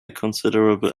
considerable